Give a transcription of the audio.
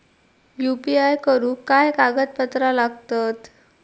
UPI करुक काय कागदपत्रा लागतत?